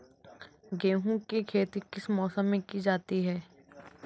गेहूँ की खेती किस मौसम में की जाती है?